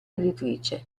editrice